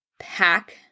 pack